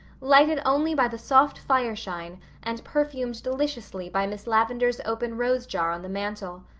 lighted only by the soft fireshine and perfumed deliciously by miss lavendar's open rose-jar on the mantel.